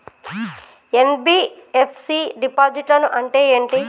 NBFC డిపాజిట్లను అంటే ఏంటి?